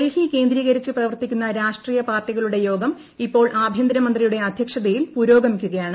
ഡൽഹി കേന്ദ്രീകരിച്ച് പ്രവർത്തിക്കുന്ന രാഷ്ട്രീയ പാർട്ടികളുടെ യോഗം ഇപ്പോൾ ആഭ്യന്തരമന്ത്രിയുടെ അധ്യക്ഷതയിൽ പുരോഗമിക്കുകയാണ്